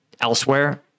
elsewhere